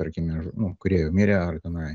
tarkime nu kurie jau mirę ar tenai